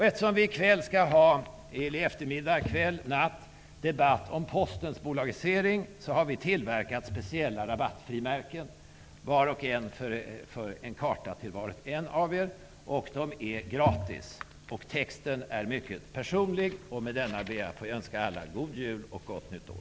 Eftersom vi i eftermiddag, i kväll eller i natt skall föra en debatt om Postens bolagisering, har vi tillverkat speciella rabattfrimärken, en karta till var och en av er. De är gratis, och texten är mycket personlig. Med detta ber jag att få önska er alla en god jul och ett gott nytt år.